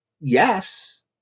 Yes